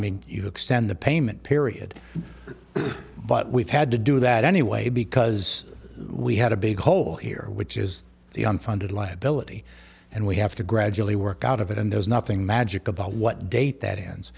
mean you extend the payment period but we've had to do that anyway because we had a big hole here which is the unfunded liability and we have to gradually work out of it and there's nothing magic about what date that ends